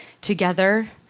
together